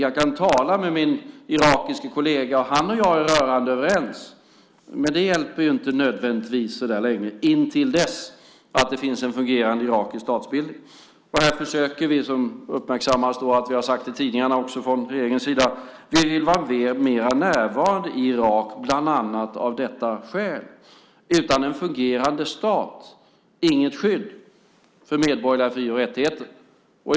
Jag kan tala med min irakiske kollega och han och jag är rörande överens, men det hjälper inte nödvändigtvis intill dess att det finns en fungerande irakisk statsbildning. Här försöker vi, som uppmärksammades att vi har sagt i tidningarna från regeringens sida, vara mera närvarande i Irak, bland annat av detta skäl. Utan en fungerande stat inget skydd för medborgerliga fri och rättigheter.